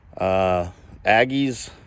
Aggies